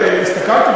הילדים,